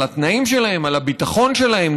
על התנאים שלהם ועל הביטחון שלהם,